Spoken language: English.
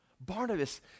Barnabas